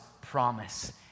promise